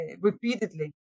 repeatedly